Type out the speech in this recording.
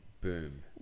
Boom